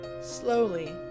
Slowly